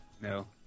No